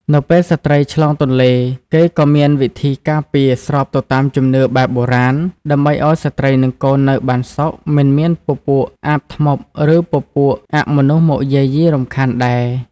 នៅពេលស្ត្រីឆ្លងទន្លេរគេក៏មានវិធីការពារស្របទៅតាមជំនឿបែបបុរាណដើម្បីឲ្យស្រ្តីនិងកូននៅបានសុខមិនមានពពួកអាបធ្មប់ឬពពួកអមនុស្សមកយាយីរំខានដែរ